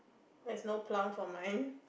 there's no plum for mine